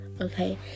Okay